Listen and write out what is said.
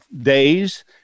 days